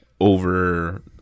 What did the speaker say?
over